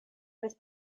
roedd